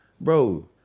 bro